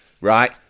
right